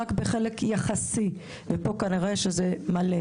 רק בחלק יחסי; פה זה מלא.